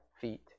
feet